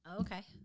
Okay